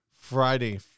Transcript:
Friday